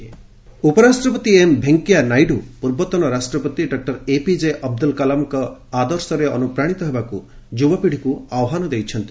ଉପରାଷ୍ଟ୍ରପତି ଉପରାଷ୍ଟ୍ରପତି ଏମ୍ ଭେଙ୍କିୟା ନାଇଡୁ ପୂର୍ବତନ ରାଷ୍ଟ୍ରପତି ଡକ୍କର ଏପିଜେ ଅବଦ୍ରଲ୍ କଲାମ୍ଙ୍କ ଆଦର୍ଶରେ ଅନ୍ତପ୍ରାଣିତ ହେବାକୁ ଯ୍ରବପିଢ଼ିକୁ ଆହ୍ୱାନ ଦେଇଛନ୍ତି